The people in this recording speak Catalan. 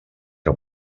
que